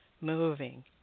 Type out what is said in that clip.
moving